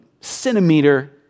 centimeter